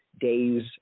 days